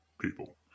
people